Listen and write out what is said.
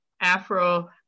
Afro